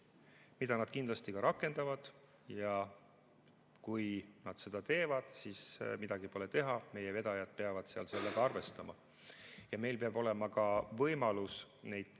mida nad kindlasti ka rakendavad ning kui nad seda teevad, siis pole midagi teha, meie vedajad peavad sellega arvestama. Meil peab olema võimalus neid